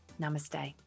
namaste